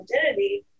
identity